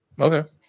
Okay